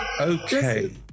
Okay